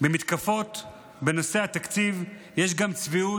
במתקפות בנושא התקציב יש גם צביעות,